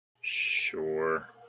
Sure